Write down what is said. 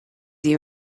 you